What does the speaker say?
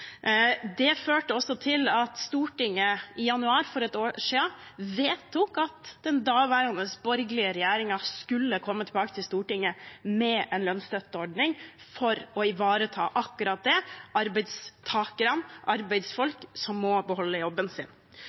Det førte også til at Stortinget i januar for snart et år siden vedtok at den daværende borgerlige regjeringen skulle komme tilbake til Stortinget med en lønnsstøtteordning for å ivareta akkurat det – arbeidstakerne, arbeidsfolk som må beholde jobben sin.